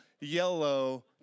yellow